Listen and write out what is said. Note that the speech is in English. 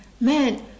man